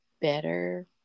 better